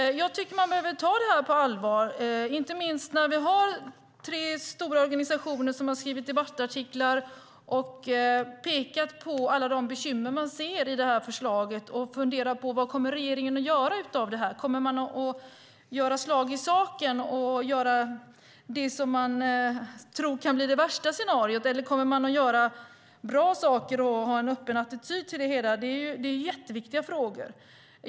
Jag tycker att man behöver ta detta på allvar, inte minst eftersom tre stora organisationer har skrivit debattartiklar och pekat på alla de bekymmer de ser i det här förslaget. Man kan fundera på vad regeringen kommer att göra av det här. Kommer den att göra slag i saken så att vi får det värsta scenariot? Eller kommer den att göra bra saker och ha en öppen attityd till det hela? Det är jätteviktiga frågor.